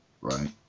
right